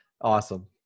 Awesome